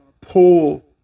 pull